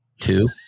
Two